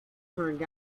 turned